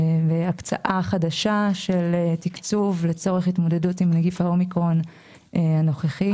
הקצאה חדשה של תקצוב לצורך התמודדות עם נגיף האומיקרון הנוכחי.